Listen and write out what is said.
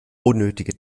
unnötige